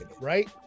Right